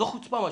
זו חוצפה.